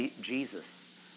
Jesus